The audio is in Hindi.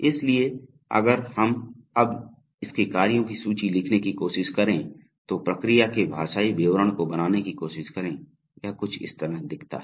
इसलिए अगर हम अब इसके कार्यों की सूची लिखने की कोशिश करें तो प्रक्रिया के भाषाई विवरण को बनाने की कोशिश करें यह कुछ इस तरह दिखता है